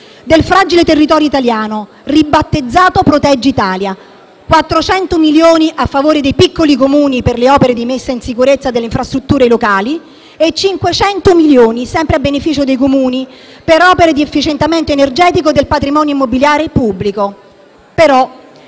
del fragile territorio italiano, ribattezzato «proteggi Italia»; 400 milioni a favore dei piccoli Comuni per le opere di messa in sicurezza delle infrastrutture locali e 500 milioni, sempre a beneficio dei Comuni, per opere di efficientamento energetico del patrimonio immobiliare pubblico.